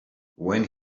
when